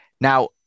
Now